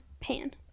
Pan